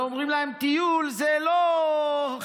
ואומרים להם: טיול זה לא חינוך.